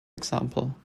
example